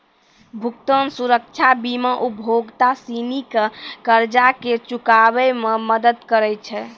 भुगतान सुरक्षा बीमा उपभोक्ता सिनी के कर्जा के चुकाबै मे मदद करै छै